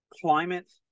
climate